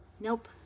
Nope